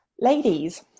ladies